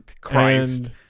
Christ